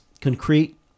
concrete